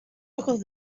ojos